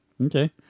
Okay